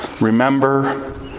remember